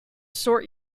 sort